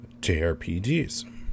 JRPGs